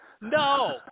No